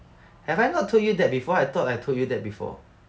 have I not told you that before I thought I told you that before